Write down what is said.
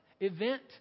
event